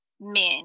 men